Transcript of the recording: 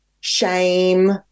shame